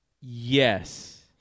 Yes